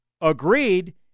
agreed